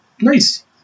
Nice